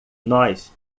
nós